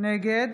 נגד